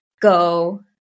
go